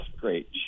great